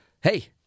hey